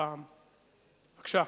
בבקשה.